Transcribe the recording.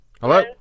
Hello